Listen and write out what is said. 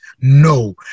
no